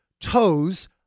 toes